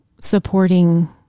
supporting